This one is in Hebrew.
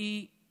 שהיא